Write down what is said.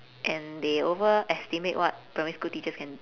and they overestimate what primary school teachers can